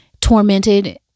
tormented